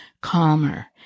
calmer